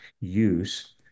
use